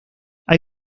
hay